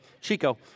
Chico